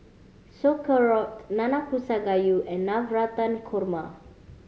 Sauerkraut Nanakusa Gayu and Navratan Korma